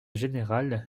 général